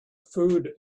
food